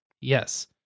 Yes